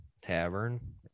tavern